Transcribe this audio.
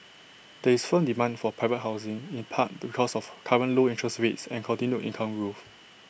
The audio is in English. there is firm demand for private housing in part because of current low interest rates and continued income growth